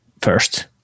first